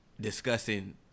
discussing